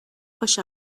push